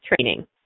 training